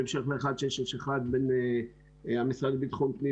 בהמשך ל-1661 בין המשרד לביטחון פנים